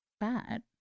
bad